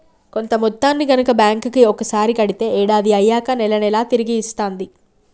కొంత మొత్తాన్ని గనక బ్యాంక్ కి ఒకసారి కడితే ఏడాది అయ్యాక నెల నెలా తిరిగి ఇస్తాంది